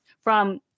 from-